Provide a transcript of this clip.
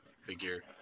figure